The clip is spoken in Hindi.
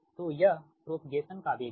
तो यह प्रोपगेसन का वेग है